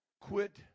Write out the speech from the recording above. Quit